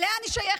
אליה אני שייכת,